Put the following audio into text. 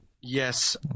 Yes